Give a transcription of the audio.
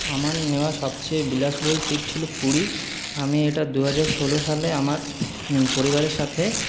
আমার নেওয়া সবচেয়ে বিলাসবহুল ট্রিপ ছিলো পুরী আমি এটা দু হাজার ষোলো সালে আমার পরিবারের সাথে